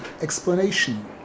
explanation